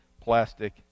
plastic